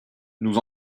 nous